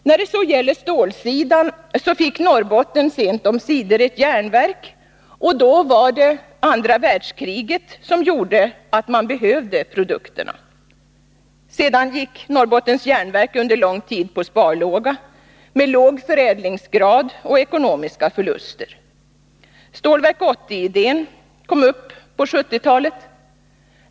När det så gäller stålsidan fick Norrbotten sent omsider ett järnverk, och då var det andra världskriget som gjorde att man behövde produkterna. Sedan gick Norrbottens Järnverk under lång tid på sparlåga, med låg förädlingsgrad och ekonomiska förluster. Stålverk 80-idén kom upp på 1970-talet.